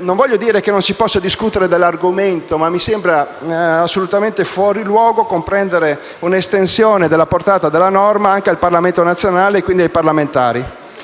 Non voglio dire che non si possa discutere dell'argomento, ma mi sembra assolutamente fuori luogo comprendere un'estensione della portata della norma anche al Parlamento nazionale e quindi ai parlamentari.